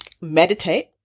meditate